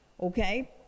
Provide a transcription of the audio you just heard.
okay